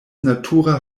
natura